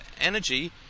energy